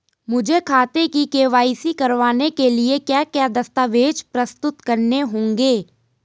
मुझे खाते की के.वाई.सी करवाने के लिए क्या क्या दस्तावेज़ प्रस्तुत करने होंगे?